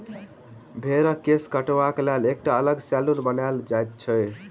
भेंड़क केश काटबाक लेल एकटा अलग सैलून बनाओल जाइत अछि